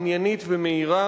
עניינית ומהירה,